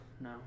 no